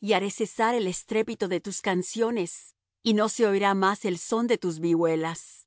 y haré cesar el estrépito de tus canciones y no se oirá más el son de tus vihuelas